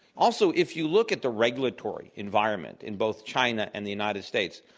also, if you look at the regulatory environment in both china and the united states,